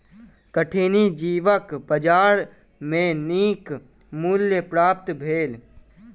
कठिनी जीवक बजार में नीक मूल्य प्राप्त भेल